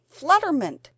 flutterment